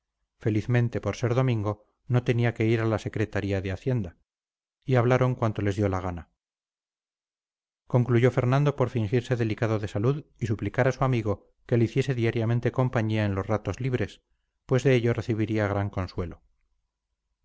no tenía que ir a la secretaría de hacienda y hablaron cuanto les dio la gana concluyó fernando por fingirse delicado de salud y suplicar a su amigo que le hiciese diariamente compañía en los ratos libres pues de ello recibiría gran consuelo